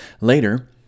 Later